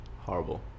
horrible